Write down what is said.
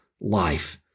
life